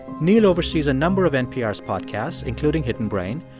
neal oversees a number of npr's podcasts, including hidden brain.